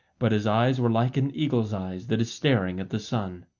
but his eyes were like an eagle's eyes that is staring at the sun.